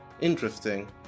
interesting